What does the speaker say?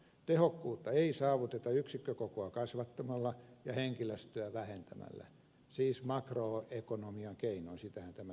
tehokkuutta ei saavuteta yksikkökokoa kasvattamalla ja henkilöstöä vähentämällä siis makroekonomian keinoin sitähän tämä tarkoittaa